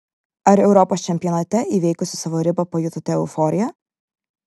ar europos čempionate įveikusi savo ribą pajutote euforiją